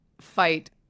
fight